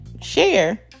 share